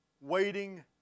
waiting